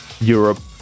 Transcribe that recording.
Europe